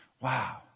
Wow